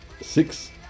six